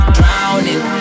Drowning